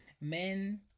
men